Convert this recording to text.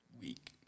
week